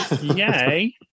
yay